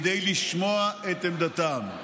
כדי לשמוע את עמדתם.